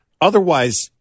otherwise